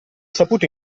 saputo